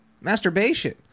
masturbation